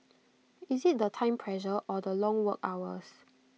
is IT the time pressure or the long work hours